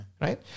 right